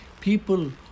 people